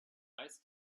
reiß